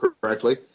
correctly